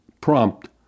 prompt